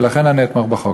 לכן אני אתמוך בחוק.